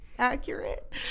accurate